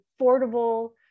affordable